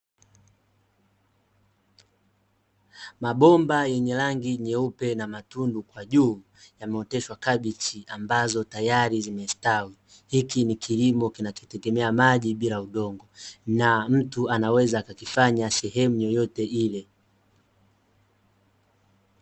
Mabomba yenye rangi nyeupe na matundu kwa juu yameoteshwa kabichi, ambazo tayari zimestawi. Hiki ni kilimo kinachotegemea maji bila udongo, na mtu anaweza akakifanya sehemu yoyote ile.